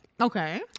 Okay